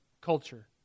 culture